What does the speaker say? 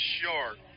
short